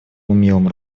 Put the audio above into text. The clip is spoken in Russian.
умелым